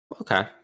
Okay